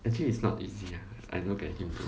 actually it's not easy ah I look at him do